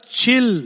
chill